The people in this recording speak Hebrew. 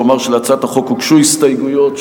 ואומר שלהצעת החוק הוגשו הסתייגויות,